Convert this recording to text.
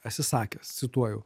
esi sakęs cituoju